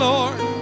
Lord